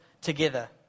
together